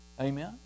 Amen